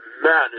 Man